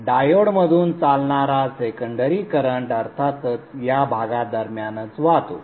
डायोडमधून चालणारा secondary current अर्थातच या भागादरम्यानच वाहतो